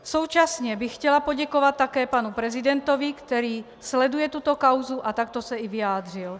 Současně bych chtěla poděkovat také panu prezidentovi, který sleduje tuto kauzu a takto se i vyjádřil.